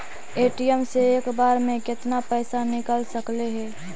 ATM से एक बार मे केतना पैसा निकल सकले हे?